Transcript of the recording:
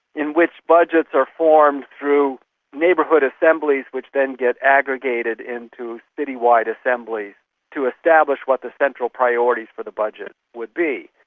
in which budgets are formed through neighbourhood assemblies which then get aggregated into citywide assemblies to establish what the central priorities for the budget would be.